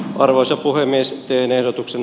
arvoisa puhemies pienen otuksen